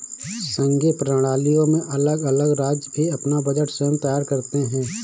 संघीय प्रणालियों में अलग अलग राज्य भी अपना बजट स्वयं तैयार करते हैं